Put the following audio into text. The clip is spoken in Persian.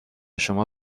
شما